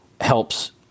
helps